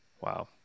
Wow